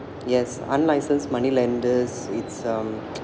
yes unlicensed money lenders it's um